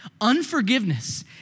Unforgiveness